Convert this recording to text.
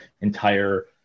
entire